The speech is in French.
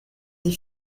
des